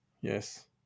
yes